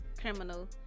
criminal